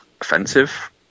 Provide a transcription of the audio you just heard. offensive